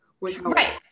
Right